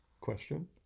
question